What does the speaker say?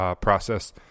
process